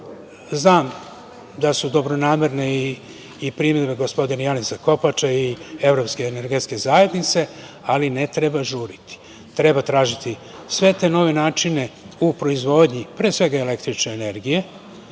da su dobronamerne i primedbe gospodina Janeza Kopača i Evropske energetske zajednice, ali ne treba žuriti. Treba tražiti sve te nove načine u proizvodnji pre svega električne energije